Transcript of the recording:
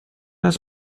است